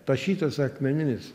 tašytas akmeninis